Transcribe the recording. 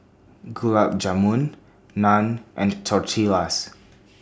Gulab Jamun Naan and Tortillas